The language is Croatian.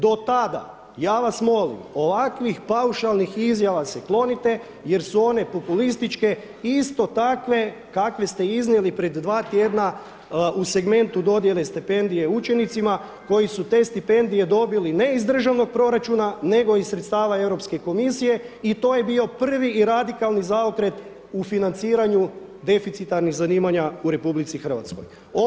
Do tada, ja vas molim, ovakvih paušalnih izjava se klonite jer su one populističke, iste takve kakve ste iznijeli pred dva tjedna u segmentu dodjele stipendije učenicima koji su te stipendije dobili ne iz državnog proračuna, nego iz sredstava Europske komisije i to je bio prvi i radikalni zaokret u financiranju deficitarnih zanimanja u Republici Hrvatskoj.